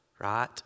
right